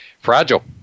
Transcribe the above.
fragile